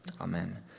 Amen